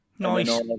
Nice